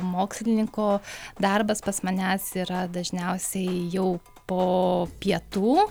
mokslininko darbas pas manęs yra dažniausiai jau po pietų